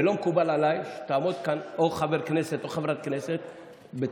ולא מקובל עליי שיעמוד כאן חבר כנסת או תעמוד כאן חברת כנסת שצורחת,